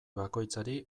bakoitzari